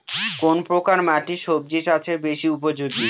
কোন প্রকার মাটি সবজি চাষে বেশি উপযোগী?